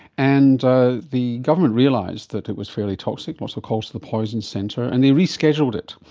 and ah the government realised that it was fairly toxic, lots of calls to the poison centre, and they rescheduled it.